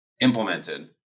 implemented